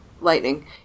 Lightning